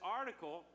article